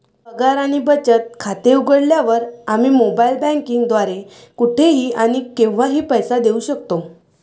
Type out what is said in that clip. पगार आणि बचत खाते उघडल्यावर, आम्ही मोबाइल बँकिंग द्वारे कुठेही आणि केव्हाही पैसे देऊ शकतो